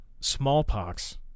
smallpox